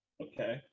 Okay